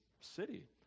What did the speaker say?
city